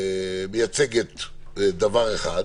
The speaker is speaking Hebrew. שמייצגת דבר אחד,